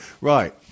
right